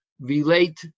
relate